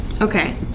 okay